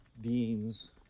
beings